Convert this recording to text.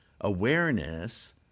awareness